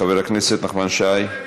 חבר הכנסת נחמן שי.